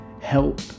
help